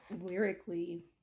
lyrically